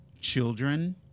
children